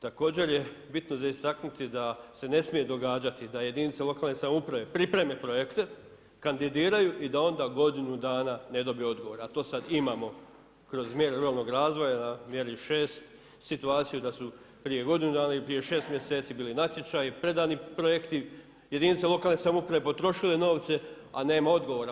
Također je bitno za istaknuti da se ne smije događati da jedinice lokalne samouprave pripreme projekte, kandidiraju i da onda godinu dana ne dobiju odgovor, a to sada imamo kroz mjere ruralnog razvoja, mjeri 6, situaciju da su prije godinu dana i prije 6 mjeseci bili natječaji, predani projekti, jedinice lokalne samouprave potrošile novce a nema odgovora.